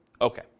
Okay